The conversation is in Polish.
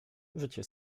życie